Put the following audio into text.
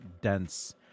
dense